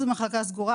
גבול.